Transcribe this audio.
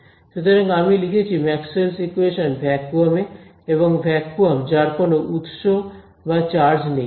সুতরাং আমি লিখেছি Maxwell's equations Maxwell's equations vacuum এ এবং ভ্যাকুয়াম যার কোন উৎস বা চার্জ নেই